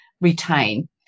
retain